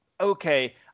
okay